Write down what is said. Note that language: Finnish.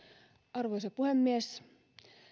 arvoisa puhemies